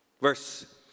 Verse